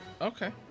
Okay